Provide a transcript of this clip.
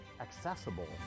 accessible